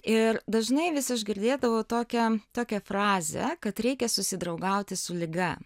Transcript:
ir dažnai vis aš girdėdavau tokią tokią frazę kad reikia susidraugauti su liga